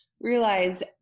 realized